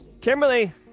Kimberly